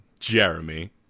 Jeremy